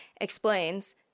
Explains